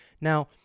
Now